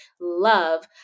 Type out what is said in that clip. love